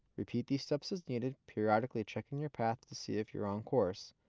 repeat these steps as needed, periodically checking your path to see if your on course,